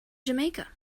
jamaica